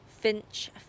Finch